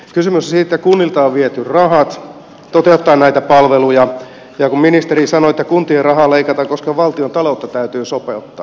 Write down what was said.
kysymys on siitä että kunnilta on viety rahat toteuttaa näitä palveluja ja ministeri sanoo että kuntien rahaa leikataan koska valtiontaloutta täytyy sopeuttaa